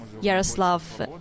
yaroslav